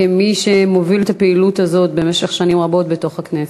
כמי שמוביל את הפעילות הזאת במשך שנים רבות בכנסת.